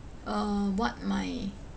uh what my